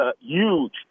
huge